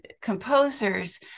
composers